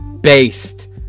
Based